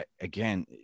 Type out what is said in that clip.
Again